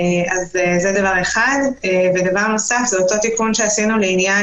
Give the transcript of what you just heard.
הדבר הנוסף הוא התיקון שעשינו בעניין